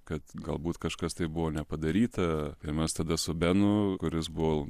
kad galbūt kažkas tai buvo nepadaryta ir mes tada su benu kuris buvo